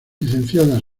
licenciada